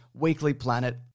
weeklyplanet